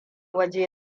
waje